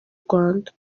rwanda